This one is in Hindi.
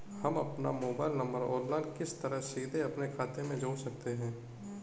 हम अपना मोबाइल नंबर ऑनलाइन किस तरह सीधे अपने खाते में जोड़ सकते हैं?